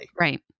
Right